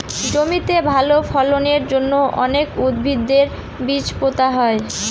জমিতে ভালো ফলনের জন্য অনেক উদ্ভিদের বীজ পোতা হয়